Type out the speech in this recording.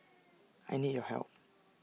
I need your help